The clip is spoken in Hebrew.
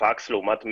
פקס לעומת מייל?